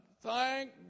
thank